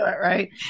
right